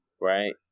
Right